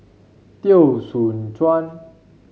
Teo Soon Chuan